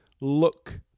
look